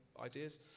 ideas